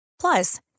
Plus